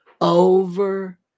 over